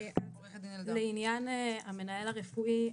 לעניין המנהל הרפואי,